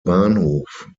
bahnhof